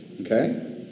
Okay